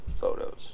photos